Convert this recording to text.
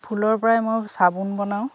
ফুলৰ পৰাই মই চাবোন বনাওঁ